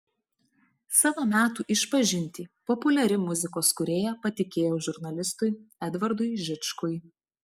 savo metų išpažintį populiari muzikos kūrėja patikėjo žurnalistui edvardui žičkui